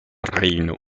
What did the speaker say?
rejno